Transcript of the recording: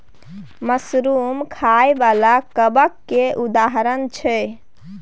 mushroom खाइ बला कबक केर उदाहरण छै